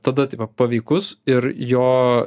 tada tipo paveikus ir jo